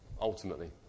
ultimately